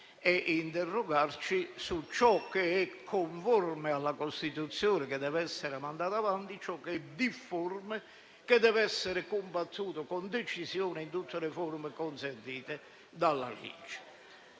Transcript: e interrogarci su ciò che è conforme alla Costituzione, che deve essere mandato avanti, e ciò che ne è invece difforme e deve essere combattuto con decisione, in tutte le forme consentite dalla legge.